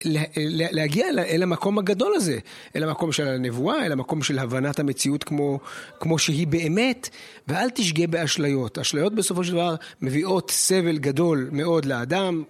להגיע אל המקום הגדול הזה, אל המקום של הנבואה, אל המקום של הבנת המציאות כמו שהיא באמת. ואל תשגע באשליות, אשליות בסופו של דבר מביאות סבל גדול מאוד לאדם.